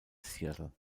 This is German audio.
seattle